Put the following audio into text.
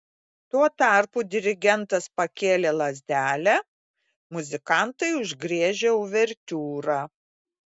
tuo tarpu dirigentas pakėlė lazdelę muzikantai užgriežė uvertiūrą